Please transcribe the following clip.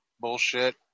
bullshit